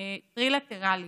טרילטרלי